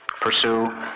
pursue